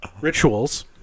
rituals